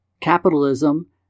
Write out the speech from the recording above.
Capitalism